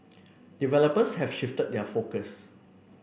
developers have shifted their focus